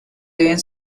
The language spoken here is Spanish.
deben